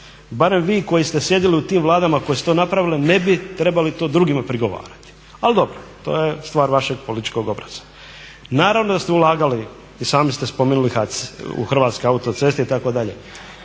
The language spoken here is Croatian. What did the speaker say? barem vi koji ste sjedili u tim vladama koje su to napravile ne bi trebali to drugima prigovarati ali dobro. To je stvar vašeg političkog obraza. Naravno da ste ulagali i sami ste spominjali HAC, Hrvatske autoceste itd.